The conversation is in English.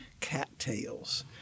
cattails